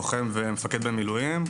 לוחם ומפקד במילואים.